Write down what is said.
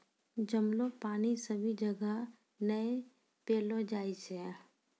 जमलो पानी सभी जगह नै पैलो जाय छै